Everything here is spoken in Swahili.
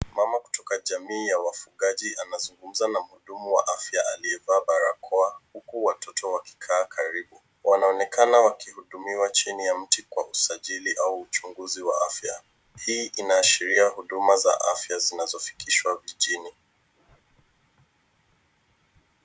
Mama kutoka jamii ya wafugaji anazungumza na mhudumu wa afya aliyevaa barakoa, huku watoto waki kaa karibu. Wana onekana waki hudumiwa chini ya mti kwa usajili au uchunguzi wa afya. Hii ina ashria huduma za afya zinazofikishwa kijijini.